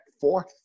fourth